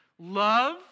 Love